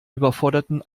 überforderten